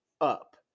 up